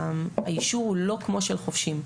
האישור לא כמו של חובשים,